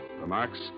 Remarks